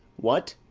what,